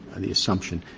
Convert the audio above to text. on the assumption,